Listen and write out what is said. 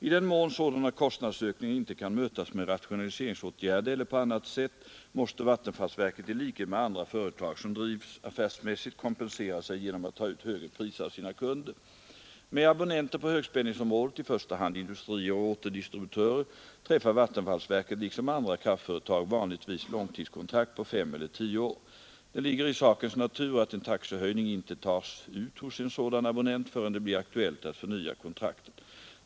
I den mån sådana kostnadsökningar inte kan mötas med rationaliseringsåtgärder eller på annat sätt måste vattenfallsverket i likhet med andra företag som drivs affärsmässigt kompensera sig genom att ta ut högre priser av sina kunder. Med abonnenter på högspänningsområdet, i första hand industrier och återdistributörer, träffar vattenfallsverket liksom andra kraftföretag vanligtvis långtidskontrakt på fem eller tio år. Det ligger i sakens natur att en taxehöjning inte tas ut hos en sådan abonnent förrän det blir aktuellt att förnya kontraktet.